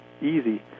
easy